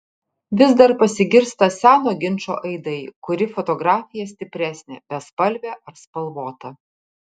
vis dar pasigirsta seno ginčo aidai kuri fotografija stipresnė bespalvė ar spalvota